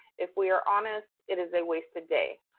if we are honest, it is a wasted day.